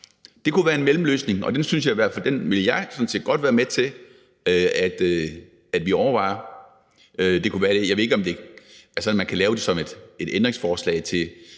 Det kunne være en mellemløsning, og den vil jeg sådan set godt være med til at vi overvejer. Jeg ved ikke, om det kunne være sådan, at man kan lave det som et ændringsforslag til